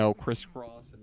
crisscross